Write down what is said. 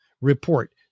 report